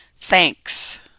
thanks